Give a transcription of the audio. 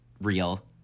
real